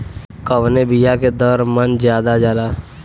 कवने बिया के दर मन ज्यादा जाला?